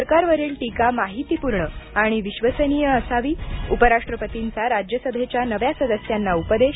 सरकारवरील टीका माहितीपूर्ण आणि विश्वसनीय असावी उपराष्ट्रपतींचा राज्यसभेच्या नव्या सदस्यांना उपदेश